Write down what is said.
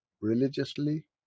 Religiously